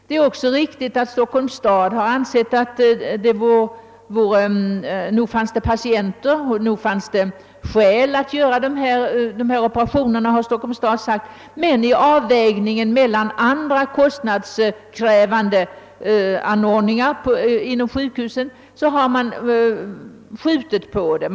Det är också riktigt att Stockholms stad ansett att det nog finns skäl att utföra dessa operationer, men i avvägningen mot andra kostnadskrävande anordningar inom sjukvården har man velat skjuta på denna fråga.